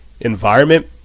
environment